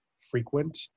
frequent